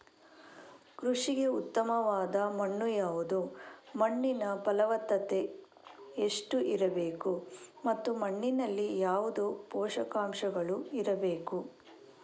ಕೃಷಿಗೆ ಉತ್ತಮವಾದ ಮಣ್ಣು ಯಾವುದು, ಮಣ್ಣಿನ ಫಲವತ್ತತೆ ಎಷ್ಟು ಇರಬೇಕು ಮತ್ತು ಮಣ್ಣಿನಲ್ಲಿ ಯಾವುದು ಪೋಷಕಾಂಶಗಳು ಇರಬೇಕು?